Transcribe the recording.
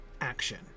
action